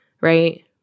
Right